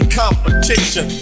competition